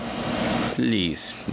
Please